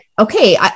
Okay